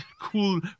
Cool